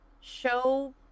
show